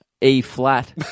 E-flat